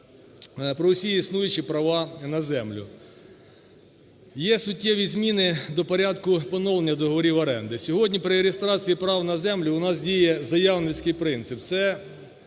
про усі існуючі права на землю. Є суттєві зміни до порядку поновлення договорів оренди. Сьогодні при реєстрації прав на землю у нас діє заявницький принцип.